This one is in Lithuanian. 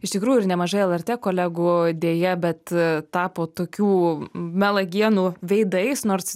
iš tikrųjų ir nemažai lrt kolegų deja bet tapo tokių melagienų veidais nors